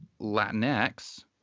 latinx